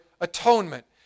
atonement